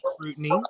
scrutiny